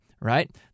right